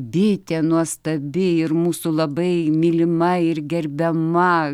bitė nuostabi ir mūsų labai mylima ir gerbiama